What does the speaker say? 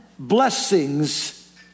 Blessings